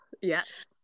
Yes